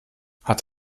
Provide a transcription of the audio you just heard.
hat